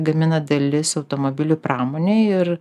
gamina dalis automobilių pramonei ir